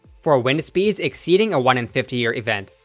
for wind speeds exceeding a one in fifty year event,